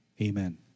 Amen